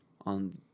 on